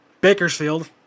Bakersfield